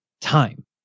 time